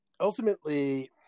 Ultimately